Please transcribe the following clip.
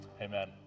amen